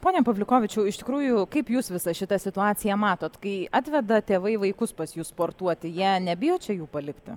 pone pavliukovičiau iš tikrųjų kaip jūs visą šitą situaciją matot kai atveda tėvai vaikus pas jus sportuoti jie nebijo čia jų palikti